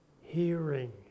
hearing